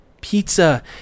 pizza